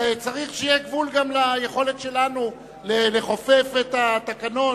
צריך שיהיה גבול גם ליכולת שלנו לכופף את התקנון